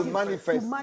manifest